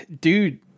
Dude